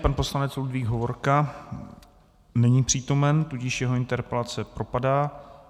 Pan poslanec Ludvík Hovorka není přítomen, tudíž jeho interpelace propadá.